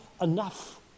enough